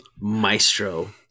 maestro